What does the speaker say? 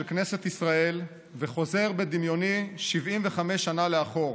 כנסת ישראל וחוזר בדמיוני 75 שנה לאחור,